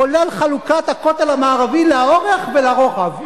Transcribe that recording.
כולל חלוקת הכותל המערבי לאורך ולרוחב,